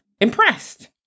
impressed